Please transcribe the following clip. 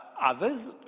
others